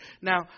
Now